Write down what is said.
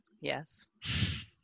Yes